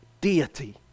deity